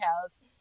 house